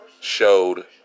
showed